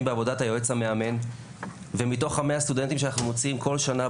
בעבודת היועץ המאמן ומתוך המאה סטודנטים שאנחנו מוציאים כל שנה,